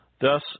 Thus